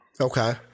Okay